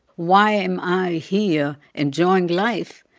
why am i here enjoying life,